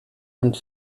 und